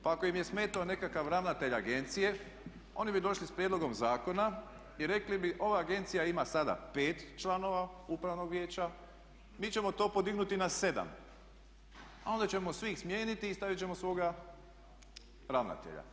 Pa ako im je smetao nekakav ravnatelj agencije oni bi došli s prijedlogom zakona i rekli bi ova agencija ima sada pet članova upravnog vijeća, mi ćemo to podignuti na sedam, a onda ćemo svih smijeniti i stavit ćemo svoga ravnatelja.